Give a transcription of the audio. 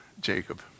Jacob